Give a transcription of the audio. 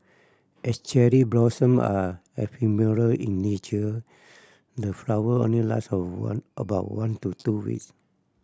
as cherry blossom are ephemeral in nature the flower only last a one about one to two weeks